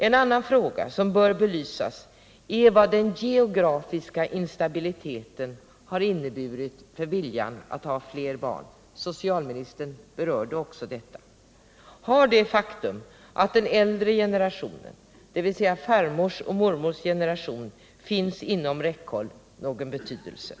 En annan fråga som bör belysas är frågan om vad den geografiska stabiliteten betyder för viljan att ha fler barn — även socialministern berörde denna. Har det faktum att den äldre generationen, dvs. farmors och mormors generation, finns inom räckhåll någon betydelse?